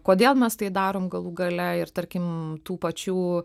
kodėl mes tai darom galų gale ir tarkim tų pačių